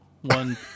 one